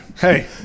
Hey